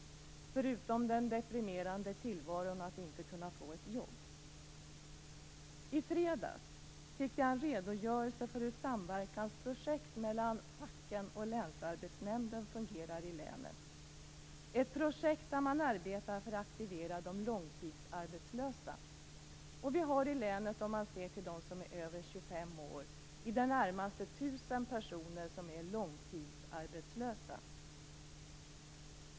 I fredags fick jag en redogörelse för hur ett samverkansprojekt mellan facken och Länsarbetsnämnden fungerar i länet. Det är ett projekt där man arbetar för att aktivera de långtidsarbetslösa.